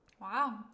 Wow